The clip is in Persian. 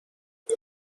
اوه